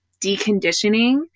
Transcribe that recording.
deconditioning